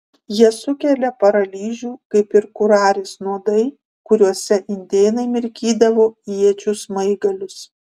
jie sukelia paralyžių kaip ir kurarės nuodai kuriuose indėnai mirkydavo iečių smaigalius